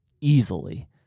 easily